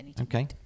okay